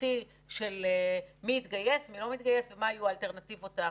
מערכתי של מי שמתגייס ומי שלא מתגייס ומה היו האלטרנטיבות.